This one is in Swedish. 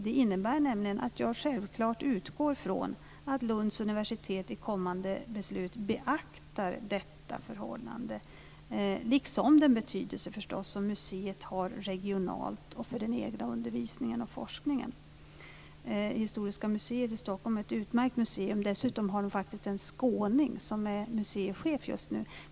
Det innebär nämligen att jag utgår ifrån att Lunds universitet vid kommande beslut beaktar detta förhållande liksom den betydelse som museet har regionalt och för den egna undervisningen och forskningen. Historiska museet i Stockholm är ett utmärkt museum. Dessutom är det faktiskt en skåning som är museichef där just nu.